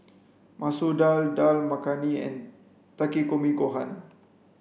Masoor Dal Dal Makhani and Takikomi Gohan